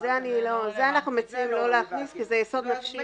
זה אנחנו מציעים לא להכניס כי זה יסוד נפשי.